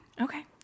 Okay